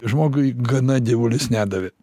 žmogui gana dievulis nedavė